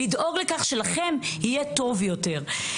לדאוג לכך שלכם יהיה טוב יותר.